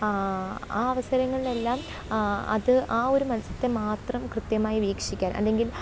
ആ അവസരങ്ങളില്ലാം അത് ആ ഒരു മത്സരത്തെ മാത്രം കൃത്യമായ് വീക്ഷിക്കല് അല്ലെങ്കിൽ